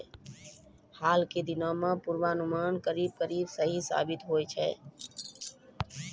हाल के दिनों मॅ पुर्वानुमान करीब करीब सही साबित होय छै